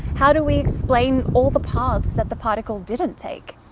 how do we explain all the paths that the particle didn't take?